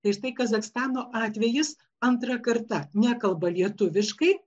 tai štai kazachstano atvejis antra karta nekalba lietuviškai